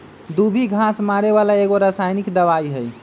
दुभी घास मारे बला एगो रसायनिक दवाइ हइ